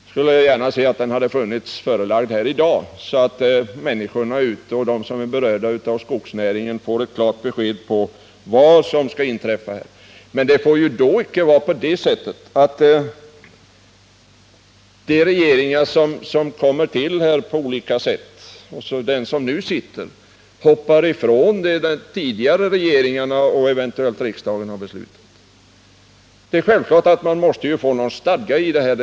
Jag skulle gärna ha sett att en sådan funnits och att den hade förelagts oss här i dag, så att de människor som är berörda av skogsnäringen kunde ha fått ett klart besked om vad som skall inträffa. Det får icke vara på det sättet att de regeringar som kommer till här på olika sätt hoppar ifrån, som den nu sittande regeringen gör, vad tidigare regeringar och eventuellt riksdagen har beslutat. Det är självklart att man måste få en stadga i planläggningen.